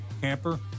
camper